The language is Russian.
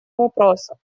вопроса